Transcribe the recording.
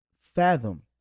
fathom